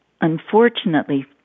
unfortunately